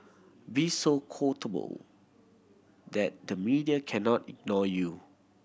be so quotable that the media cannot ignore you